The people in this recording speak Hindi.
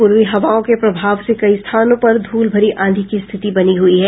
पूर्वी हवाओं के प्रभाव से कई स्थानों पर धूल भरी आंधी की स्थिति बनी हुई है